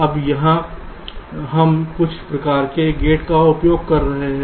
अब यहाँ हम कुछ प्रकार के गेट का उपयोग कर रहे हैं